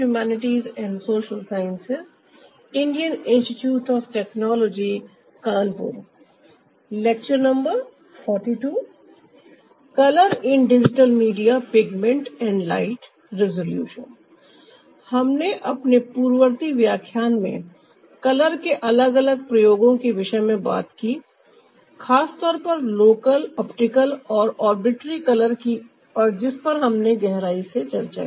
हमने अपने पूर्ववर्ती व्याख्यान में कलर के अलग अलग प्रयोगों के विषय में बात की खासतौर पर लोकल ऑप्टिकल और आर्बिट्रेरी कलर की और जिस पर हमने गहराई से चर्चा की